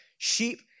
Sheep